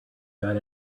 got